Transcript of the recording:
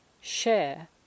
share